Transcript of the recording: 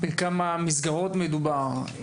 בכמה מסגרות מדובר,